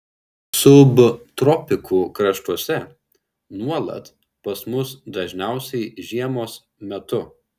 subtropikų kraštuose nuolat pas mus dažniausiai žiemos metu